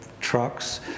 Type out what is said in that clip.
trucks